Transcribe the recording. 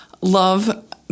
love